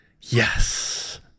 Yes